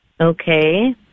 Okay